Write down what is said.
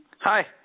Hi